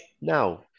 Now